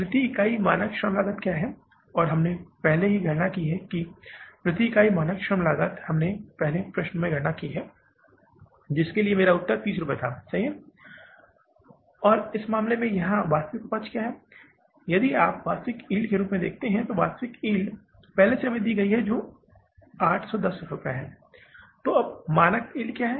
प्रति इकाई मानक श्रम लागत क्या है और हमने पहले ही गणना की है कि प्रति इकाई मानक श्रम लागत हमने पहले प्रश्न में गणना की है जिसके लिए मेरा उत्तर रुपये 30 था सही है और इस मामले में यहां वास्तविक उपज क्या है यदि आप वास्तविक यील्ड रूप में देखते हैं तो वास्तविक यील्ड पहले से ही हमें दी गई है जो 810 है और अब मानक यील्ड क्या है